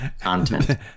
content